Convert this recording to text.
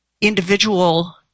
individual